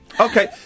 okay